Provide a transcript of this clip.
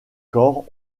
corps